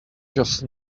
just